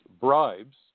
bribes